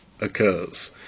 occurs